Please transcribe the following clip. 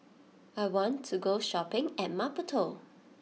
I want to go shopping in Maputo